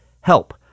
help